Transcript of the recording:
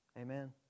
Amen